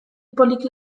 poliki